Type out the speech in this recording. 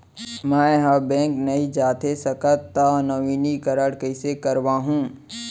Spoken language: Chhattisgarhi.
मैं ह बैंक नई जाथे सकंव त नवीनीकरण कइसे करवाहू?